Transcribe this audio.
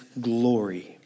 Glory